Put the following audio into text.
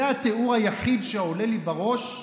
זה התיאור היחיד שעולה לי בראש,